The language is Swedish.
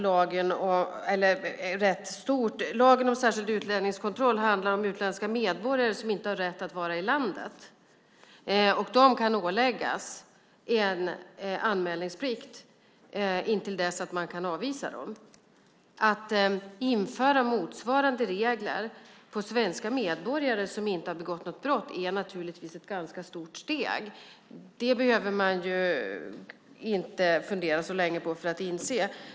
Lagen om särskild utlänningskontroll handlar om utländska medborgare som inte har rätt att vara i landet, och de kan åläggas en anmälningsplikt intill dess att man kan avvisa dem. Att införa motsvarande regler för svenska medborgare som inte har begått något brott är naturligtvis ett ganska stort steg. Det behöver man inte fundera så länge på för att inse.